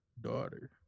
daughter